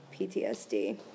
PTSD